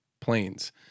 planes